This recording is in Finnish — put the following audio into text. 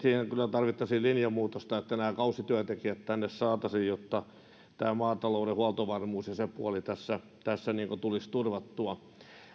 tarvittaisiin linjamuutosta että nämä kausityöntekijät tänne saataisiin jotta maatalouden huoltovarmuus ja se puoli tässä tulisi turvattua